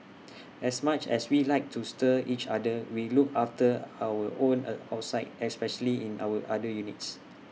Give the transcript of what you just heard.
as much as we like to stir each other we look after our own A outside especially in our other units